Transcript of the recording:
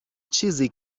چیزی